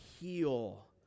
heal